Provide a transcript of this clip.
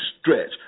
Stretch